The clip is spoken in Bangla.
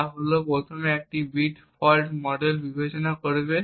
তা হল সে প্রথমে একটি বিট ফল্ট মডেল বিবেচনা করবে